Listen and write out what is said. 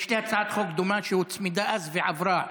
יש לי הצעת חוק דומה שהוצמדה אז ועברה.